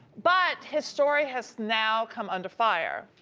but his story has now come under fire.